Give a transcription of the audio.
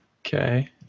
okay